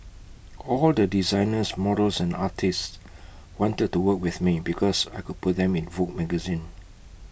all the designers models and artists wanted to work with me because I could put them in Vogue magazine